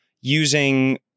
using